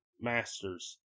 Masters